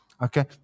Okay